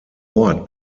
ort